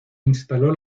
instaló